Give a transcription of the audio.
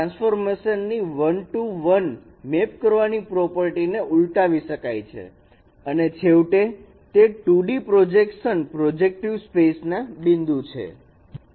transformation ની 1 to 1 map કરવાની property ને ઉલટાવી શકાય અને છેવટે તે 2D પ્રોજેક્શન પ્રોજેક્ટિવ સ્પેસ ના બિંદુ છે